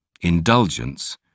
Indulgence